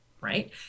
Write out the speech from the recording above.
right